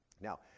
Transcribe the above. Now